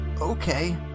Okay